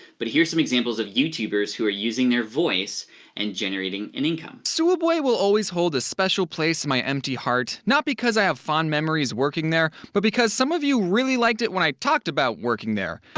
but here's some examples of youtubers who are using their voice and generating an income. sooubway will always hold a special place in my empty heart, not because i have fond memories working there, but because some of you really liked it when i talked about working there.